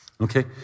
okay